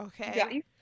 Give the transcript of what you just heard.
okay